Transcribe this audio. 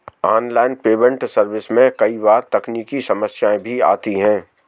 online payment service में कई बार तकनीकी समस्याएं भी आती है